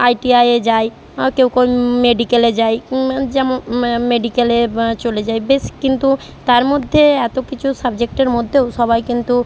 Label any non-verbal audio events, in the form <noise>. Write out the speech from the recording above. আইটিআইয়ে যায় কেউ <unintelligible> মেডিক্যালে যায় যেম ম্যা মেডিক্যালে চলে যায় বেশ কিন্তু তার মধ্যে এত কিছু সাবজেক্টের মধ্যেও সবাই কিন্তু